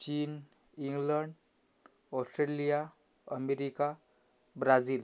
चीन England Australia America Brazil